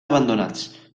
abandonats